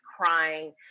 crying